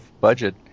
budget